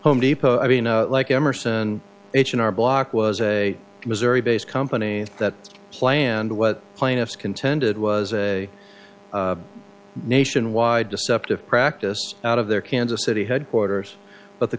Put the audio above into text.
home depot i mean a like emerson h and r block was a missouri based company that planned what plaintiffs contended was a nationwide deceptive practice out of their kansas city headquarters but the